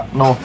no